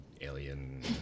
alien